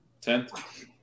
tenth